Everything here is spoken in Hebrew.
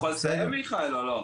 אני יכול לסיים מיכאל או לא?